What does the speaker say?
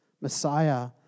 Messiah